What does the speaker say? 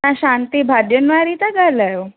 तव्हां शांती भाॼियुनि वारी था ॻाल्हायो